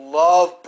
love